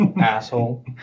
Asshole